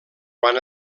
quan